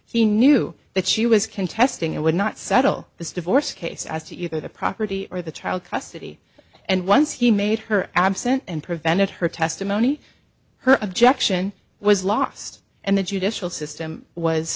she knew that she was contesting and would not settle this divorce case as to either the property or the child custody and once he made her absent and prevented her testimony her objection was lost and the judicial system was